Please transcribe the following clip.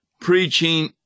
preaching